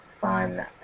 fun